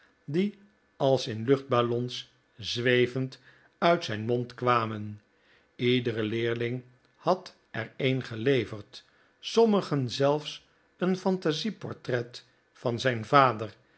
die als in luchtballons zwevend uit zijn mond kwamen iedere leerling had er een geleverd sommigen zelfs een fantasie portret van zijn vader